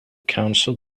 council